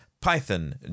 Python